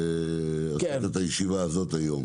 עשית את הישיבה הזאת היום.